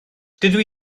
dydw